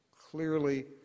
clearly